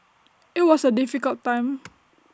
IT was A difficult time